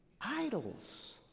idols